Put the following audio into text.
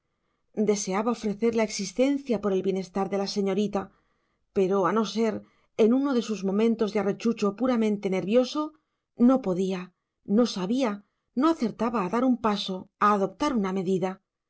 deseaba ofrecer la existencia por el bienestar de la señorita pero a no ser en uno de sus momentos de arrechucho puramente nervioso no podía no sabía no acertaba a dar un paso a adoptar una